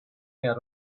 out